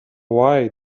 why